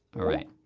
all right,